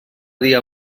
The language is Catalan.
dia